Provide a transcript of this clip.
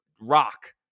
rock